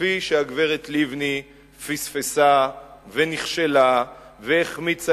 כפי שהגברת לבני פספסה ונכשלה והחמיצה